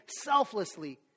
selflessly